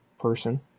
person